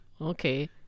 okay